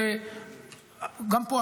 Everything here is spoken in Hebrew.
וגם פה,